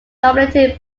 nominated